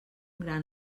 gran